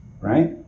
right